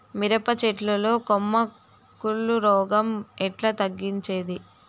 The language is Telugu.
మిరప చెట్ల లో కొమ్మ కుళ్ళు రోగం ఎట్లా తగ్గించేది?